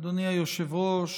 אדוני היושב-ראש,